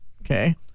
Okay